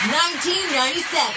1997